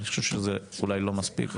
זה אולי לא מספיק.